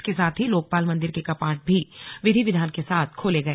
इसके साथ ही लोकपाल मंदिर के कपाट भी विधि विधान के साथ खोले गए